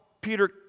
Peter